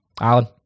Alan